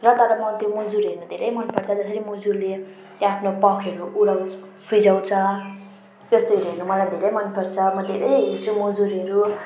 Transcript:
र तर म त्यो मुजुर हेर्नु धेरै मनपर्छ जसरी मुजुरले त्यो आफ्नो प्वाँखहरू उडाउँ फिजाउँछ त्यस्तोहरू हेर्नु मलाई धेरै मनपर्छ म धेरै हेर्छु मुजुरहरू